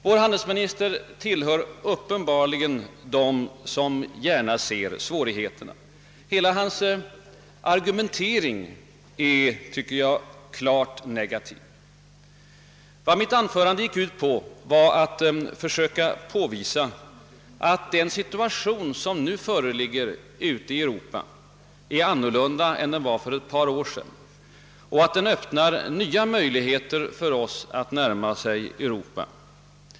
Vår handelsminister tillhör uppenbarligen dem som gärna ser svårigheterna. Hela hans argumentering är, tycker jag, klart negativ. I mitt anförande försökte jag påvisa, att den situation som nu föreligger ute i Europa är annorlunda än den som förelåg för ett par år sedan och att den öppnar nya möjligheter för oss att närma oss det övriga Europa.